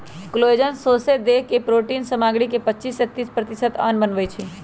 collagen सौसे देह के प्रोटिन सामग्री के पचिस से तीस प्रतिशत अंश बनबइ छइ